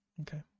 Okay